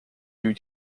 due